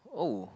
oh